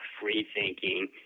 free-thinking